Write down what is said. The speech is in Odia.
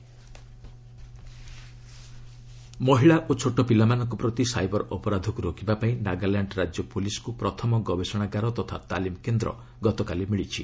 ନାଗାଲାଣ୍ଡ ଟ୍ରେନିଂ ସେଣ୍ଟର ମହିଳା ଓ ଛୋଟପିଲାମାନଙ୍କ ପ୍ରତି ସାଇବର ଅପରାଧକୁ ରୋକିବା ପାଇଁ ନାଗାଲାଣ୍ଡ ରାଜ୍ୟ ପୋଲିସ୍କୁ ପ୍ରଥମ ଗବେଷଣାଗାର ତଥା ତାଲିମକେନ୍ଦ୍ର ଗତକାଲି ମିଳିଛି